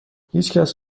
هیچکس